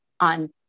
on